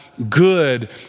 good